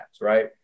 right